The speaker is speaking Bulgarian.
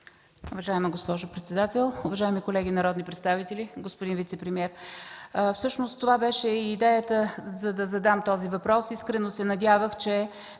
Уважаема госпожо председател, уважаеми колеги народни представители, господин вицепремиер! Всъщност това беше и идеята, за да задам този въпрос, тъй като не